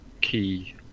key